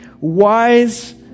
wise